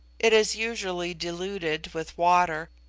it is usually diluted with water,